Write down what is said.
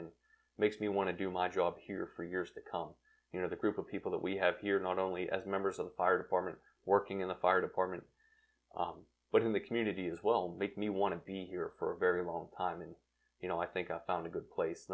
and makes me want to do my job here for years to come you know the group of people that we have here not only as members of the fire department working in the fire department but in the community as well make me want to be here for a very long time and you know i think i found a good place